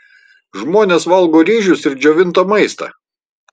žmonės valgo ryžius ir džiovintą maistą